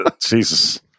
Jesus